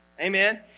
Amen